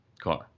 car